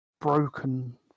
broken